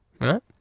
right